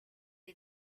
est